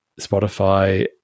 Spotify